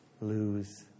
lose